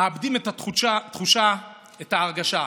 מאבדים את התחושה, את ההרגשה.